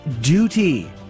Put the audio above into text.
duty